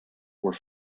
were